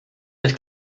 mit